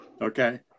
Okay